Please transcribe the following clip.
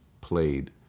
played